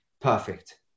perfect